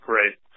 Great